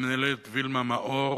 המנהלת וילמה מאור